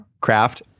craft